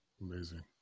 amazing